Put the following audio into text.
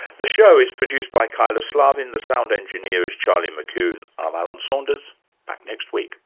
the show is produced by kyla slaven, the sound engineer is charlie mckune. i'm alan saunders back next week